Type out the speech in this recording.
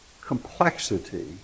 complexity